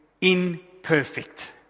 imperfect